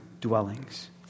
dwellings